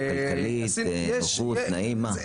כלכלית, נוחות, תנאים, מה?